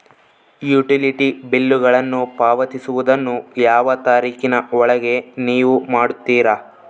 Utility ಬಿಲ್ಲುಗಳನ್ನು ಪಾವತಿಸುವದನ್ನು ಯಾವ ತಾರೇಖಿನ ಒಳಗೆ ನೇವು ಮಾಡುತ್ತೇರಾ?